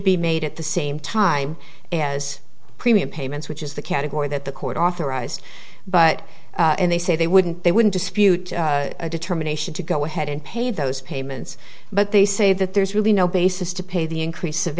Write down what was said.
be made at the same time as premium payments which is the category that the court authorized but they say they wouldn't they wouldn't dispute a determination to go ahead and pay those payments but they say that there's really no basis to pay the increase